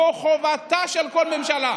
זו חובתה של כל ממשלה.